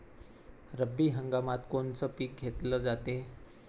रब्बी हंगामात कोनचं पिक घेतलं जाते?